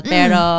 Pero